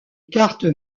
carte